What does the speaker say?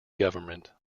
government